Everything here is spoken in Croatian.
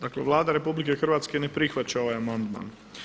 Dakle, Vlada RH ne prihvaća ovaj amandman.